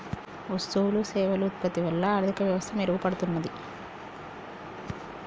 వస్తువులు సేవలు ఉత్పత్తి వల్ల ఆర్థిక వ్యవస్థ మెరుగుపడుతున్నాది